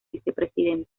vicepresidente